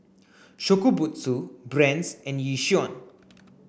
Shokubutsu Brand's and Yishion